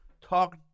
talk